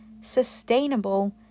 sustainable